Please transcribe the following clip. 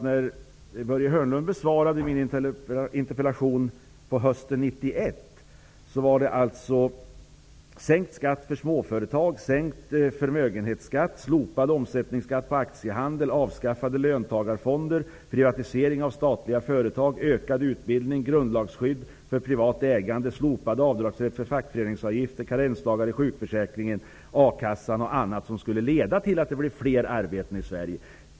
När Börje Hörnlund besvarade en av mina interpellationer hösten 1991 gällde det att sänkt skatt för små företag, sänkt förmögenhetsskatt, slopad omsättningsskatt på aktiehandel, avskaffade löntagarfonder, privatisering av statliga företag, ökad utbildning, grundlagsskydd för privat ägande, slopad avdragsrätt för fackföreningsavgift, karensdagar i sjukförsäkringen, a-kassan m.m. skulle leda till att det skulle bli flera arbetstillfällen i Sverige.